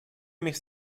mich